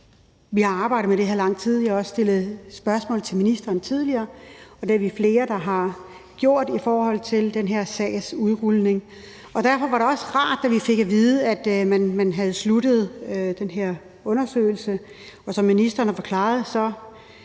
Vi har arbejdet med det her i lang tid, vi har også stillet spørgsmål til ministeren tidligere, og det er vi flere der har gjort i forhold til den her sags udrulning. Derfor var det også rart, da vi fik at vide, at man havde sluttet den her undersøgelse, og som ministeren har forklaret,